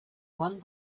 one